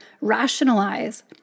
rationalize